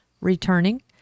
returning